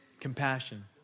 compassion